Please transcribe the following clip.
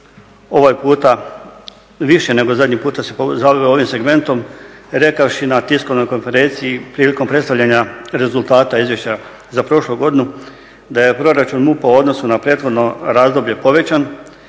ovaj puta više nego zadnji puta se … ovim segmentom rekavši na tiskovnoj konferenciji prilikom predstavljanja rezultata izvješća za prošlu godinu da je proračun MUP-a u odnosu na prethodno razdoblje povećan